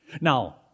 Now